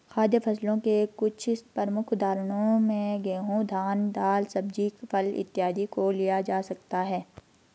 खाद्य फसलों के कुछ प्रमुख उदाहरणों में गेहूं, धान, दाल, सब्जी, फल इत्यादि को लिया जा सकता है